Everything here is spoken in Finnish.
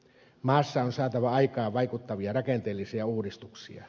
maassa on saatava aikaan vaikuttavia rakenteellisia uudistuksia